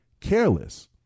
careless